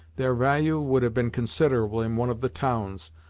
their value would have been considerable in one of the towns,